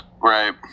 Right